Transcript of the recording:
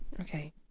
Okay